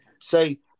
say